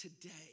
today